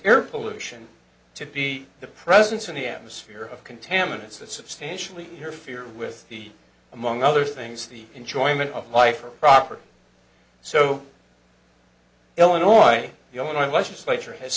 air pollution to be the presence in the atmosphere of contaminants that substantially interfere with the among other things the enjoyment of life or property so illinois the only legislature has